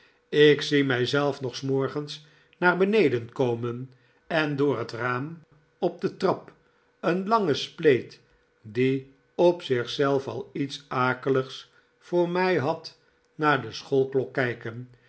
ik zie mij zelf nog s morgens naar beneden komen en door het raam op de trap een lange spleet die op zich zelf al iets akeligs voor mij had naar de schoolklok kijken